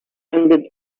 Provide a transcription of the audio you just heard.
ended